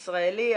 ישראלי,